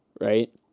right